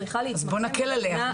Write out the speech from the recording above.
בואו נקל עליה.